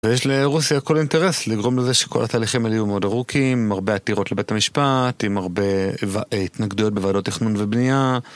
ויש לרוסיה כל אינטרס לגרום לזה שכל התהליכים האלה יהיו מאוד ארוכים, עם הרבה עתירות לבית המשפט, עם הרבה התנגדויות בוועדות תכנון ובנייה.